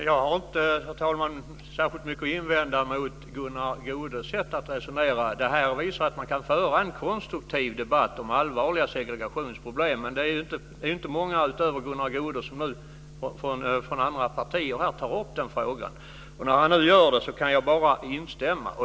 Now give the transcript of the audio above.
Herr talman! Jag har inte särskilt mycket att invända mot Gunnar Goudes sätt att resonera. Det här visar att man kan föra en konstruktiv debatt om allvarliga segregationsproblem. Men det är inte många i de andra partierna utöver Gunnar Goude som tar upp den frågan. När han nu gör det kan jag bara instämma.